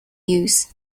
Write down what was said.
use